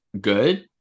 good